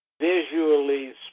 visually